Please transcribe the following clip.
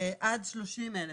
עד 30,000